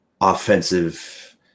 offensive